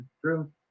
True